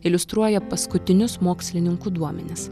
iliustruoja paskutinius mokslininkų duomenis